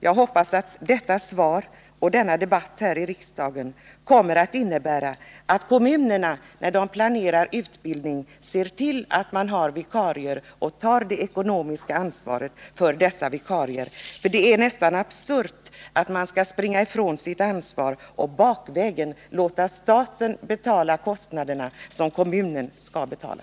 Jag hoppas att detta svar och denna debatt här i riksdagen kommer att innebära att kommunerna när de planerar utbildning ser till att det finns vikarier och tar det ekonomiska ansvaret för dem. Det är nästan absurt att man springer ifrån sitt ansvar och bakvägen låter staten betala kostnaderna som kommunerna skall betala.